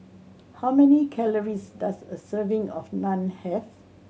how many calories does a serving of Naan have